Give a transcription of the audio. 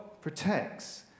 protects